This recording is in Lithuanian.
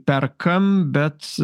perkam bet